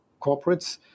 corporates